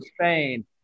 Spain